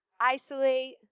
Isolate